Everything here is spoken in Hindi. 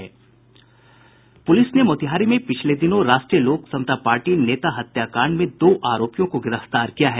पूलिस ने मोतिहारी में पिछले दिनों राष्ट्रीय लोक समता पार्टी नेता हत्याकांड में दो आरोपियों को गिरफ्तार किया है